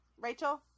rachel